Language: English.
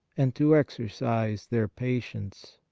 and to exercise their patience?